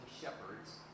shepherds